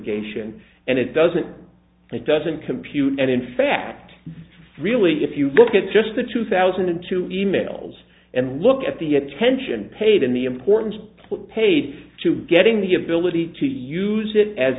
litigation and it doesn't it doesn't compute and in fact really if you look at just the two thousand and two emails and look at the attention paid in the importance put paid to getting the ability to use it as